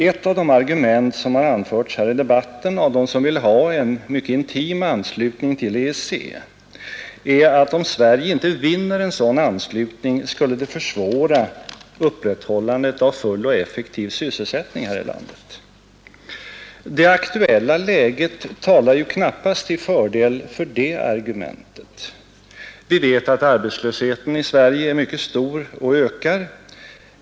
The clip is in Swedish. ” Ett av de argument som anförts i debatten av dem som vill ha en mycket intim anslutning till EEC är att om Sverige inte vinner en sådan anslutning skulle det försvåra upprätthållandet av full och effektiv sysselsättning här i landet. Det aktuella läget talar ju knappast till fördel för det argumentet. Vi vet att arbetslösheten i Sverige är mycket stor och att den ökar.